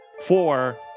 Four